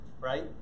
right